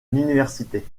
l’université